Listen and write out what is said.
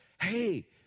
hey